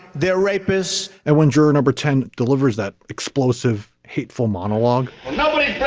they're rapists. and when juror number ten delivers that explosive hateful monologue, nobody